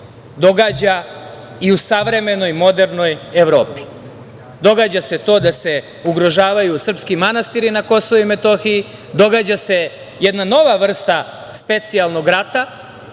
događa i u savremenoj, modernoj Evropi. Događa se to da se ugrožavaju srpski manastiri na Kosovu i Metohiji, događa se jedna nova vrsta specijalnog rata,